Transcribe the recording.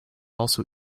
also